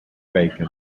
bacon